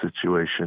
situation